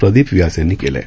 प्रदीप व्यास यांनी केलं आहे